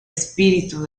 espíritu